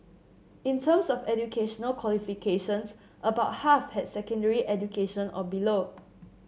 in terms of educational qualifications about half had secondary education or below